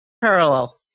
parallel